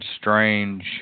strange